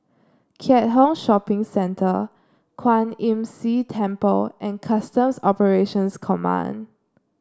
Keat Hong Shopping Centre Kwan Imm See Temple and Customs Operations Command